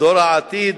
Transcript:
דור העתיד.